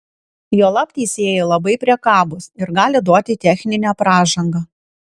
juolab teisėjai labai priekabūs ir gali duoti techninę pražangą